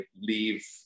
leave